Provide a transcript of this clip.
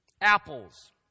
Apples